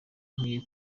nkwiye